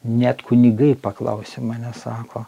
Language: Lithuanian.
net kunigai paklausė mane sako